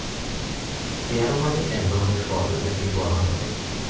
পেয়ারা মানে হয় এক ধরণের ফল যাকে গুয়াভা বলে